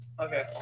Okay